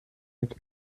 mit